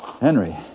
Henry